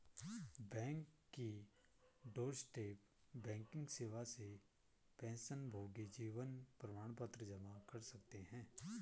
bank की doorstep banking सेवा से पेंशनभोगी जीवन प्रमाण पत्र जमा कर सकते हैं